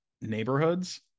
neighborhoods